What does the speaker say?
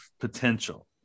potential